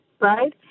right